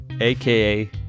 AKA